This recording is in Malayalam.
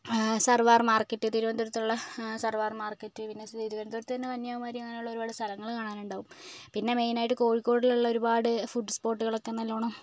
സർവ്വ മാർക്കറ്റ് തിരുവനന്തപുരത്തുള്ള സർവ മാർക്കറ്റ് പിന്നെ തിരുവനന്തപുരത്തു തന്നെ കന്യാകുമാരി അങ്ങനെയുള്ള ഒരുപാട് സ്ഥലങ്ങൾ കാണാനുണ്ടാകും പിന്നെ മെയിൻ ആയിട്ട് കോഴിക്കോട് ഉള്ള ഒരുപാട് ഫുഡ് സ്പോട്ടുകളൊക്കെ നല്ലവണ്ണം